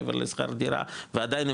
מעבר לשכר דירה ועדיין,